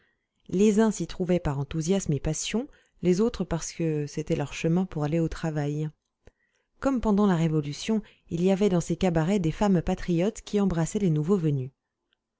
les uns s'y trouvaient par enthousiasme et passion les autres parce que c'était leur chemin pour aller au travail comme pendant la révolution il y avait dans ces cabarets des femmes patriotes qui embrassaient les nouveaux venus